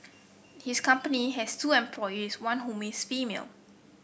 his company has two employees one whom is female